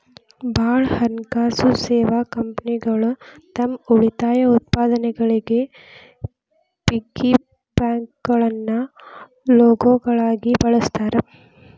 ಭಾಳ್ ಹಣಕಾಸು ಸೇವಾ ಕಂಪನಿಗಳು ತಮ್ ಉಳಿತಾಯ ಉತ್ಪನ್ನಗಳಿಗಿ ಪಿಗ್ಗಿ ಬ್ಯಾಂಕ್ಗಳನ್ನ ಲೋಗೋಗಳಾಗಿ ಬಳಸ್ತಾರ